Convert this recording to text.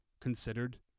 considered